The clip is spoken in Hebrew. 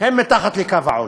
הם מתחת לקו העוני.